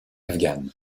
afghane